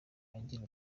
agira